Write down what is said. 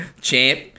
Champ